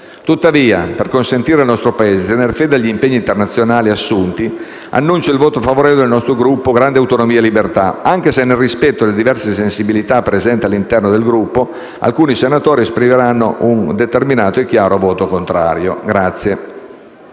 Tuttavia, per consentire al nostro Paese di tener fede agli impegni internazionali assunti, dichiaro il voto favorevole del Gruppo Grandi autonomie e libertà, anche se, nel rispetto delle diverse sensibilità presenti all'interno del Gruppo, alcuni senatori esprimeranno un determinato e chiaro voto contrario.